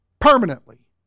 permanently